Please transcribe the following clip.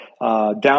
Down